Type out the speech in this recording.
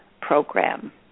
program